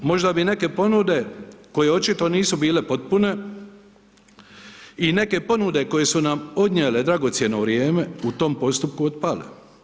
Možda bi neke ponude koje očito nisu bile potpune i neke ponude koje su nam odnijele dragocjeno vrijeme u tom postupku otpale.